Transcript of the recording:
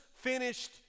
finished